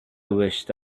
wished